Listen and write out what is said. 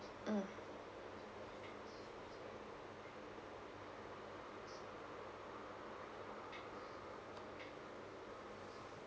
mm